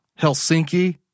Helsinki